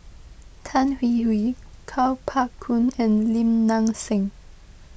Tan Hwee Hwee Kuo Pao Kun and Lim Nang Seng